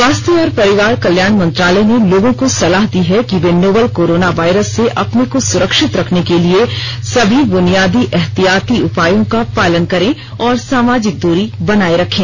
स्वास्थ्य और परिवार कल्याण मंत्रालय ने लोगों को सलाह दी है कि वे नोवल कोरोना वायरस से अपने को सुरक्षित रखने के लिए सभी बुनियादी एहतियाती उपायों का पालन करें और सामाजिक दूरी बनाए रखें